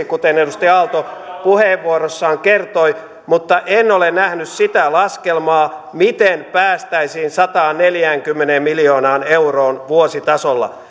kuten edustaja aalto puheenvuorossaan kertoi mutta en ole nähnyt sitä laskelmaa miten päästäisiin sataanneljäänkymmeneen miljoonaan euroon vuositasolla